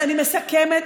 אני מסכמת.